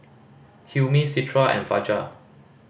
Hilmi Citra and Fajar